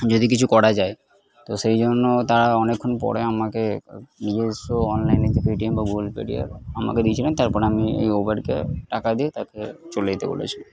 যদি কিছু করা যায় তো সেই জন্য তারা অনেকক্ষণ পরে আমাকে নিজস্ব অনলাইনের যে পেটিএম বা গুগল আমাকে দিয়েছিলেন তারপরে আমি এই উবেরকে টাকা দিয়ে তাকে চলে যেতে বলেছি